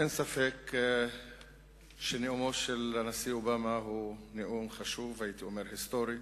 אין ספק שנאומו של הנשיא אובמה הוא נאום חשוב והייתי אומר היסטורי.